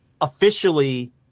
officially